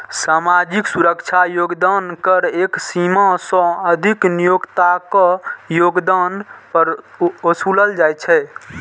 सामाजिक सुरक्षा योगदान कर एक सीमा सं अधिक नियोक्ताक योगदान पर ओसूलल जाइ छै